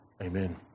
Amen